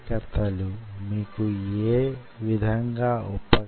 అప్పుడది యీ విధంగా కనిపిస్తుంది